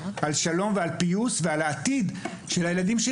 על פיוס ועל עתיד הילדים.